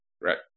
Right